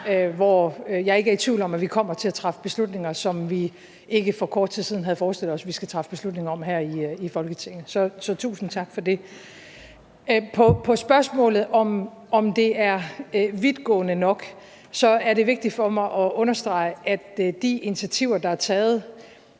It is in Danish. hvor jeg ikke er i tvivl om, at vi kommer til at træffe beslutninger om ting, som vi for kort tid siden ikke havde forestillet os at vi skulle træffe beslutninger om her i Folketinget – så tusind tak for det. På spørgsmålet om, om det er vidtgående nok, er det vigtigt for mig at understrege, at de initiativer, der er taget